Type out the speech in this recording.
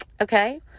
Okay